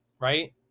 right